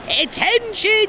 attention